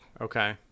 Okay